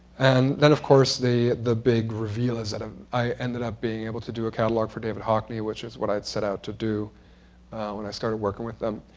and then, of course, the the big reveal is that ah i ended up being able to do a catalog for david hockney, which is what i said i set out to do when i started working with them.